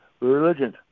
religion